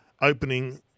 opening